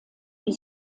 die